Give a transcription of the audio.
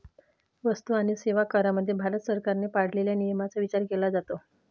वस्तू आणि सेवा करामध्ये भारत सरकारने पाळलेल्या नियमांचा विचार केला जातो